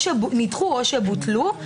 שנדחו או בוטלו,